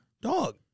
Dog